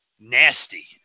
nasty